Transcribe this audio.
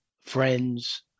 friends